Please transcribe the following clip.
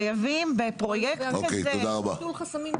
חייבים --- תודה רבה.